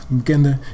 bekende